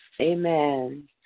amen